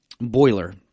boiler